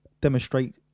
demonstrate